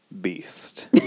beast